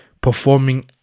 performing